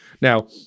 Now